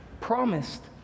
promised